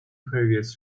previous